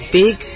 big